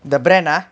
the brand ah